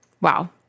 Wow